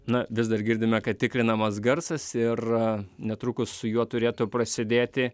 na vis dar girdime kad tikrinamas garsas ir netrukus su juo turėtų prasidėti